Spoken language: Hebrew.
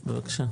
בבקשה.